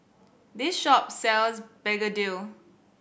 this shop sells begedil